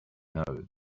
know